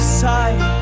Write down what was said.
side